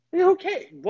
Okay